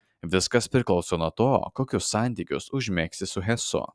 viskas priklauso nuo to kokius santykius užmegsi su hesu